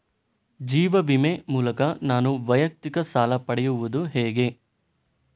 ಜೀವ ವಿಮೆ ಮೂಲಕ ನಾನು ವೈಯಕ್ತಿಕ ಸಾಲ ಪಡೆಯುದು ಹೇಗೆ?